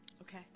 Okay